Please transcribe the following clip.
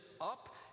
up